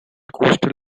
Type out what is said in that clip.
coastal